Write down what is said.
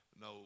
no